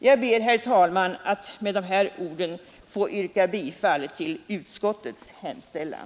Herr talman! Med dessa ord ber jag att få yrka bifall till utskottets hemställan.